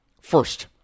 First